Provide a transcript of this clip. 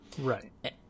Right